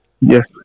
Yes